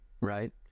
Right